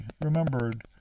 remembered